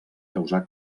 causar